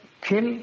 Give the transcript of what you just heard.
kill